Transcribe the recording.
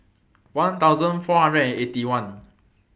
one thousand four hundred and Eighty One